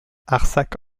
arsac